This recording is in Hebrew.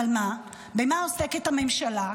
אבל מה, במה עוסקת הממשלה?